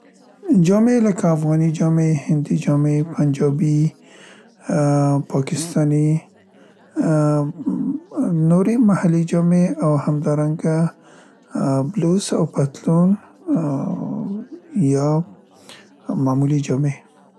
جامې لکه افغاني جامې، هندي جامې، پنجابي، ا، پاکستاني، ا، ب، نورې محلي جامې، او همدارنګه بلوز او پتلون یا، ممولي جامې.